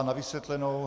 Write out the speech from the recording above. Na vysvětlenou.